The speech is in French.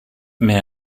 met